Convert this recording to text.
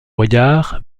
regard